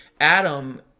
Adam